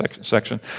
section